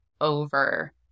over